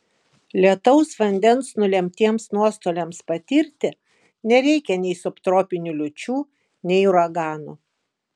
lietaus vandens nulemtiems nuostoliams patirti nereikia nei subtropinių liūčių nei uraganų